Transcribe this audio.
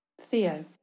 Theo